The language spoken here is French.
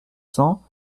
cents